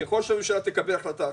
ככל שהממשלה תקבל החלטה אחרת.